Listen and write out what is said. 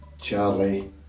Charlie